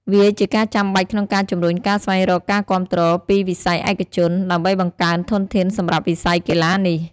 វាជាការចាំបាច់ក្នុងការជំរុញការស្វែងរកការគាំទ្រពីវិស័យឯកជន ដើម្បីបង្កើនធនធានសម្រាប់វិស័យកីឡានេះ។